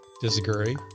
Disagree